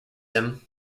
him